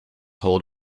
hold